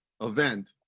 event